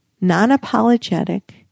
non-apologetic